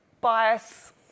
bias